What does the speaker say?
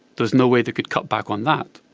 there was no way they could cut back on that.